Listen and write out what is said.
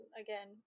again